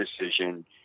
decision